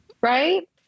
right